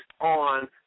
on